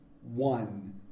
one